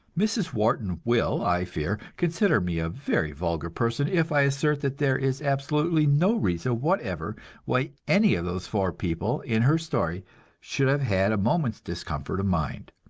mrs. wharton will, i fear, consider me a very vulgar person if i assert that there is absolutely no reason whatever why any of those four people in her story should have had a moment's discomfort of mind,